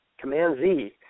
Command-Z